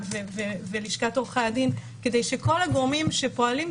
ולשכת עורכי הדין כדי שכל הגורמים שפועלים,